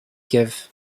give